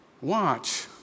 watch